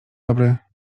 dobry